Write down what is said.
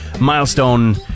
milestone